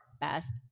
Best